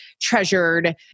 treasured